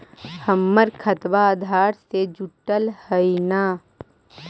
हमर खतबा अधार से जुटल हई कि न?